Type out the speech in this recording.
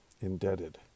indebted